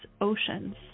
oceans